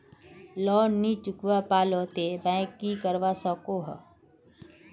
Loan नी चुकवा पालो ते बैंक की करवा सकोहो?